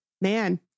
man